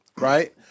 Right